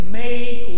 made